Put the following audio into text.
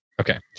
Okay